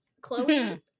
Chloe